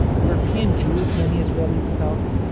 european jews, many israelis felt,